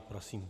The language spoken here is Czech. Prosím.